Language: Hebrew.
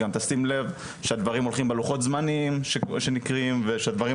גם תשים לב שהדברים הולכים בלוחות זמנים שנקרים ושהדברים